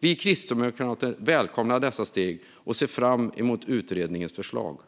Vi kristdemokrater välkomnar dessa steg och ser fram emot utredningens förslag.